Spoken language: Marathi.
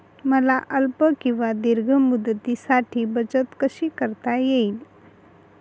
मला अल्प किंवा दीर्घ मुदतीसाठी बचत कशी करता येईल?